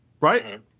right